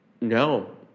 No